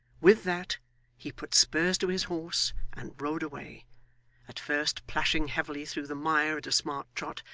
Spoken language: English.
with that he put spurs to his horse, and rode away at first plashing heavily through the mire at a smart trot,